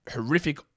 horrific